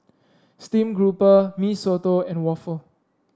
Steamed Grouper Mee Soto and waffle